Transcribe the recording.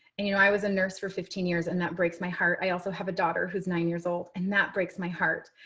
and, you know, i was a nurse for fifteen years and that breaks my heart. i also have a daughter who's nine years old. and that breaks my heart.